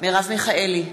מרב מיכאלי,